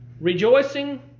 Rejoicing